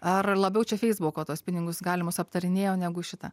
ar labiau čia feisbuko tuos pinigus galimus aptarinėjo negu šitą